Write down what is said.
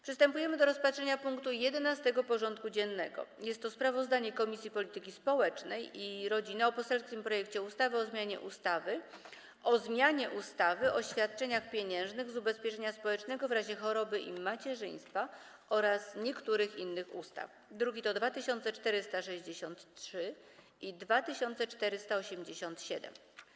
Przystępujemy do rozpatrzenia punktu 11. porządku dziennego: Sprawozdanie Komisji Polityki Społecznej i Rodziny o poselskim projekcie ustawy o zmianie ustawy o zmianie ustawy o świadczeniach pieniężnych z ubezpieczenia społecznego w razie choroby i macierzyństwa oraz niektórych innych ustaw (druki nr 2463 i 2487)